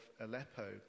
Aleppo